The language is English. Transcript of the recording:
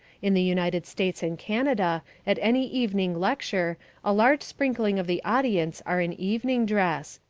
in the united states and canada at any evening lecture a large sprinkling of the audience are in evening dress.